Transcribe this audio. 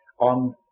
on